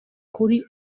kuri